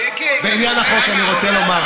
בעניין החוק אני רוצה לומר,